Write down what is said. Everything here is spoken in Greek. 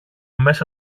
μέσα